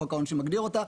חוק העונשין מגדיר אותה,